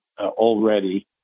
already